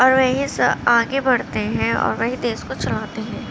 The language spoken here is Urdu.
اور وہیں سے آگے بڑھتے ہیں اور وہی دیش کو چلاتے ہیں